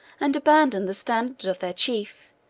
and abandoned the standard of their chief,